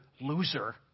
loser